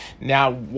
Now